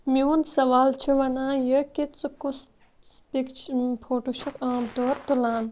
میون سوال چھُ وَنان یہِ کہِ ژٕ کُس پِک فوٹو چھُکھ عام طور تُلان